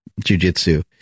jujitsu